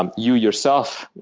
um you, yourself,